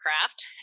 craft